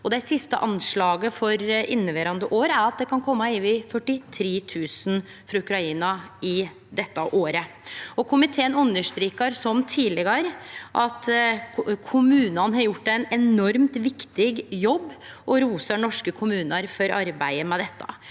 dei siste anslaga for inneverande år er at det kan kome over 43 000 personar frå Ukraina dette året. Komiteen understrekar, som tidlegare, at kommunane har gjort ein enormt viktig jobb, og rosar norske kommunar for arbeidet med dette.